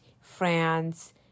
France